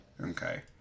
Okay